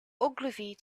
ogilvy